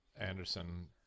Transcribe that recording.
Anderson